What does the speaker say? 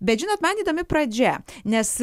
bet žinot man įdomi pradžia nes